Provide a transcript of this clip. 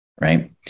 right